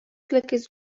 laikais